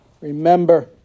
remember